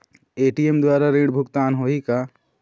ATM द्वारा ऋण भुगतान होही का?